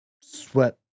sweat